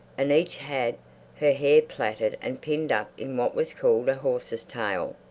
and each had her hair plaited and pinned up in what was called a horse's tail.